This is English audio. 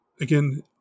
again